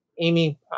amy